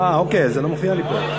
אוקיי, זה לא מופיע לי פה.